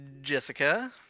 Jessica